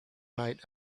night